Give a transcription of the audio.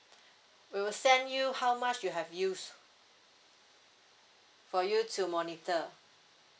we will send you how much you have used for you to monitor